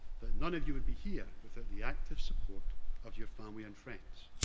that none of you would be here without the active support of your family and friends.